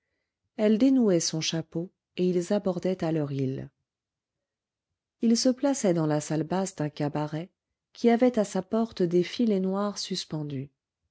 elle dénouait son chapeau et ils abordaient à leur île ils se plaçaient dans la salle basse d'un cabaret qui avait à sa porte des filets noirs suspendus